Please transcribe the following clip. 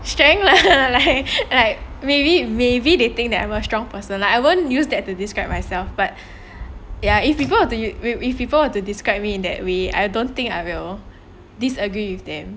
strength lah like maybe maybe they think that I'm a strong person I won't use that to describe myself but ya if people are the real if people were to describe me in that way I don't think I will disagree with them